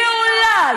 ואולי,